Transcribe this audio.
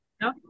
no